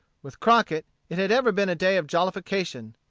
with crockett it had ever been a day of jollification.